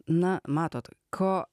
na matot ko